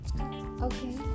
okay